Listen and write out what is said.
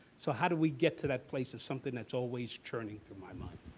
so how do we get to that place of something that's always churning through my mind?